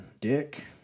dick